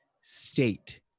state